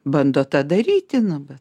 bando tą daryti nu bet